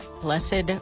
Blessed